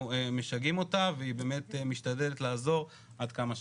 משגעים אותה והיא באמת משתדלת לעזור עד כמה שאפשר.